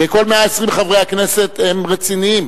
וכל 120 חברי הכנסת הם רציניים.